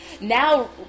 now